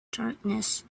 darkness